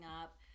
up